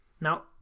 Now